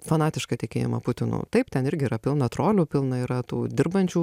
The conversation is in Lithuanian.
fanatišką tikėjimą putinu taip ten irgi yra pilna trolių pilnai yra tų dirbančių